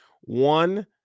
One